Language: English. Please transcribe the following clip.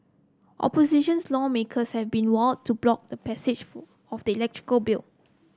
opposition lawmakers have been vowed to block the passage for of the bill